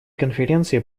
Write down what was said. конференции